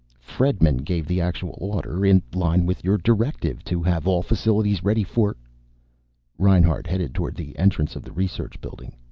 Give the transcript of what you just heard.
fredman gave the actual order. in line with your directive to have all facilities ready for reinhart headed toward the entrance of the research building.